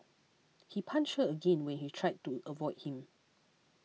he punched her again when he tried to avoid him